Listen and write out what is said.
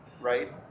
right